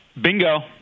Bingo